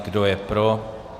Kdo je pro?